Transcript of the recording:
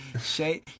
shay